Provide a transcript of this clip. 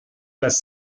las